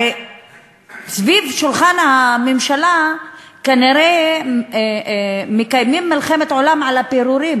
הרי סביב שולחן הממשלה כנראה מקיימים מלחמת עולם על הפירורים,